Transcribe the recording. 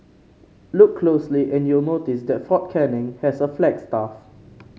look closely and you'll notice that Fort Canning has a flagstaff